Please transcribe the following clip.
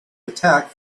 attack